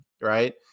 Right